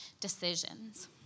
decisions